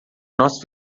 nós